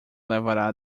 levará